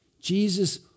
Jesus